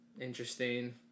interesting